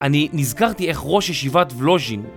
אני נזכרתי איך ראש ישיבת ולוז'ין